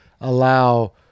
allow